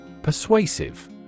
Persuasive